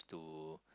to